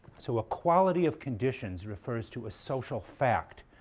so equality of conditions refers to a social fact,